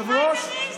הפריימריז?